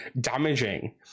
damaging